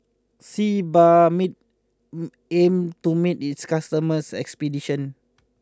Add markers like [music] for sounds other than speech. Sebamed [hesitation] aim to meet its customers' expectation